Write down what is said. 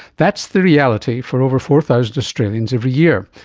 that's the reality for over four thousand australians every year,